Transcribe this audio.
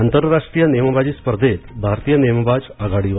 आंतरराष्ट्रीय नेमबाजी स्पर्धेत भारतीय नेमबाज आघाडीवर